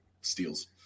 steals